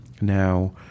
now